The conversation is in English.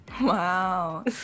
wow